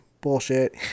bullshit